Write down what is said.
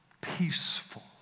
peaceful